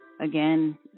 Again